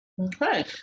Okay